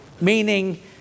meaning